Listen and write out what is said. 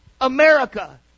America